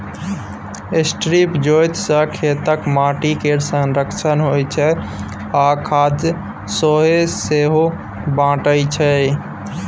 strip जोत सँ खेतक माटि केर संरक्षण होइ छै आ खाद सेहो सही बटाइ छै